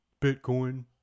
Bitcoin